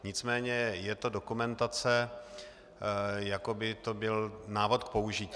Nicméně je to dokumentace, jako by to byl návod k použití.